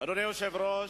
אדוני היושב-ראש,